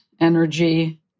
energy